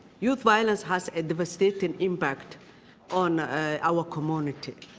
youth violence has a devastating impact on our community.